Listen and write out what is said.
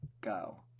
go